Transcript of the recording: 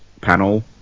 panel